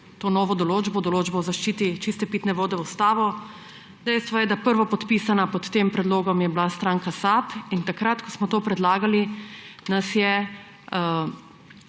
to novo določbo, določbo o zaščiti čiste pitne vode v ustavo. Dejstvo je, da prvopodpisana pod tem predlogom je bila stranka SAB in takrat, ko smo to predlagali, nas je